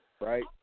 Right